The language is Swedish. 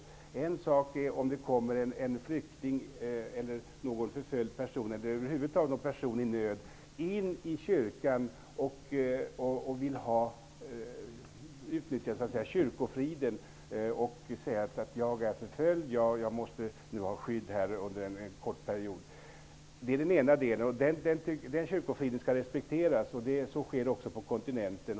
Det är en sak om en flykting, en förföljd person eller en person som över huvud taget är i nöd kommer in i kyrkan och vill utnyttja kyrkofriden, om han säger att han är förföljd och måste ha skydd under en kort period. Den kyrkofriden skall respekteras. Så sker också på kontinenten.